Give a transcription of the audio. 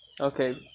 Okay